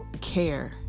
care